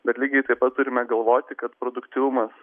bet lygiai taip pat turime galvoti kad produktyvumas